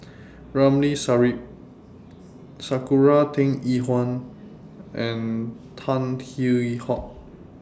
Ramli Sarip Sakura Teng Ying Hua and Tan Hwee Hock